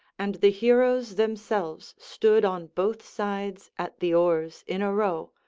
and the heroes themselves stood on both sides at the oars in a row,